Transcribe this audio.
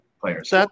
players